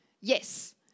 Yes